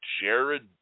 Jared